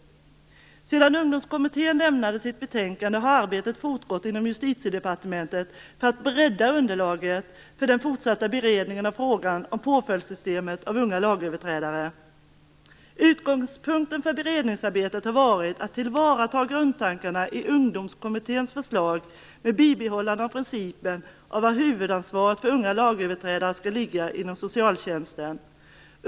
Sedan Ungdomskommittén lämnade sitt betänkande har arbetet fortgått inom Justitiedepartementet för att bredda underlaget för den fortsatta beredningen av frågan om påföljdssystemet för unga lagöverträdare. Utgångspunkten för beredningsarbetet har varit att tillvarata grundtankarna i Ungdomskommitténs förslag med bibehållande av principen att huvudansvaret för unga lagöverträdare skall ligga inom socialtjänsten.